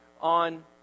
on